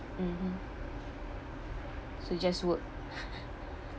mmhmm so just work